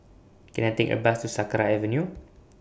Can I Take A Bus to Sakra Avenue